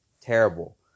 terrible